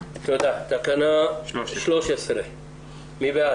בסדר, אף אחד לא מבקש להחזיק מרפאה קבועה